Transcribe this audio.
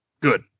good